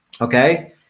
Okay